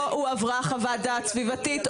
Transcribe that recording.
לא הועברה חוות דעת סביבתית.